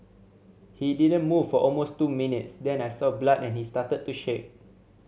he didn't move for almost two minutes then I saw blood and he started to shake